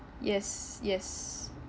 yes yes